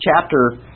chapter